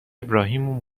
ابراهیم